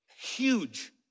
Huge